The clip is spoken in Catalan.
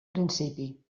principi